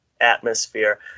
atmosphere